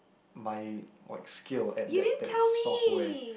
my like skill at that that software